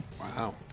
Wow